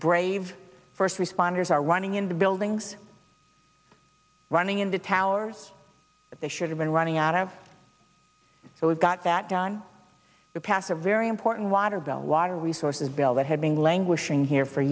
brave first responders are running into buildings running in the towers they should have been running out of the we've got that done to pass a very important water bill water resources bill that has been languishing here for